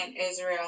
Israel